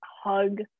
hug